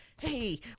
hey